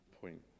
point